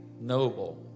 noble